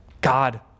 God